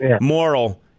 moral